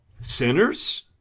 Sinners